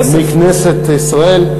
מכנסת ישראל.